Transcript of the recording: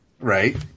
Right